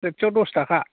एकस' दस थाखा